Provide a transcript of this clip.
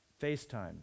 FaceTime